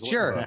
Sure